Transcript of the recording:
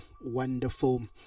wonderful